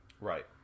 Right